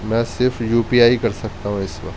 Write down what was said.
میں صرف U P I کر سکتا ہوں اس وقت